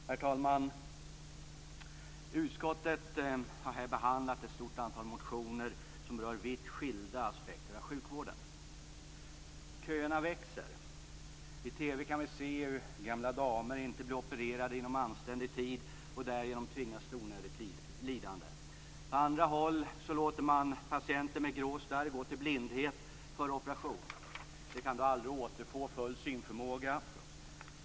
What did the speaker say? Herr talman! Utskottet har här behandlat ett stort antal motioner som rör vitt skilda aspekter på sjukvården. Köerna växer. I TV kan vi se hur gamla damer inte blir opererade inom anständig tid och därigenom tvingas till onödigt lidande. På andra håll låter man patienter med grå starr gå till blindhet före operation. De kan då aldrig återfå full synförmåga.